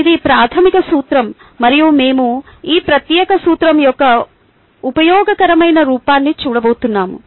ఇది ప్రాథమిక సూత్రం మరియు మేము ఈ ప్రత్యేక సూత్రం యొక్క ఉపయోగకరమైన రూపాన్ని చూడబోతున్నాము